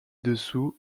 dessous